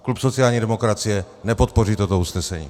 Klub sociální demokracie nepodpoří toto usnesení.